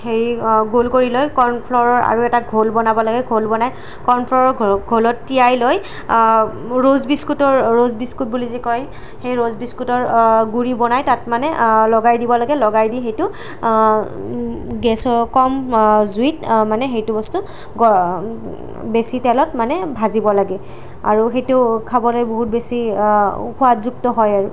হেৰি গোল কৰি লৈ কৰ্ণফ্লৰৰ আৰু এটা ঘোল বনাব লাগে ঘোল বনাই কৰ্ণফ্লৰৰ ঘো ঘোলত তিয়াই লৈ ৰ'জ বিস্কুটৰ ৰ'জ বিস্কুট বুলি যে কয় সেই ৰ'জ বিস্কুটৰ গুৰি বনাই তাত মানে লগাই দিব লাগে লগাই দি সেইটো গেছ কম জুইত মানে সেইটো বস্তু বেছি তেলত মানে ভাজিব লাগে আৰু সেইটো খাবলৈ বহুত বেছি সোৱাদযুক্ত হয় আৰু